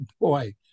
Boy